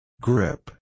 Grip